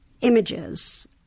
images